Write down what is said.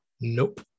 Nope